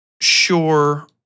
sure